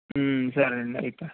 సరే అండి అయితే